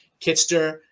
Kitster